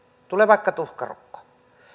tulee vaikka tuhkarokko